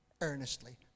earnestly